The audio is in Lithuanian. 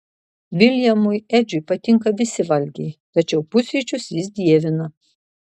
viljamui edžiui patinka visi valgiai tačiau pusryčius jis dievina